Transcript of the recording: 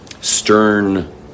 stern